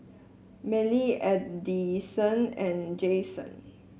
Mellie Addyson and Jayson